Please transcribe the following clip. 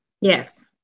Yes